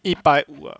一百